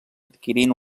adquirint